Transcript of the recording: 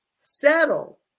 settle